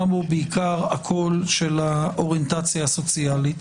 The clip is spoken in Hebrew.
בו בעיקר הקול של האוריינטציה הסוציאלית.